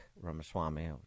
Ramaswamy